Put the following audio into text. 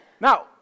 Now